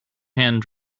hand